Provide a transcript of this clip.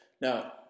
Now